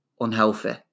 unhealthy